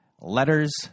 letters